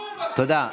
תודה.